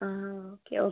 uh okay okay